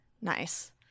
Nice